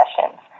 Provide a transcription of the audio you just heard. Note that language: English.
sessions